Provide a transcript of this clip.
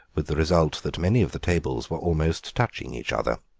with the result that many of the tables were almost touching each other.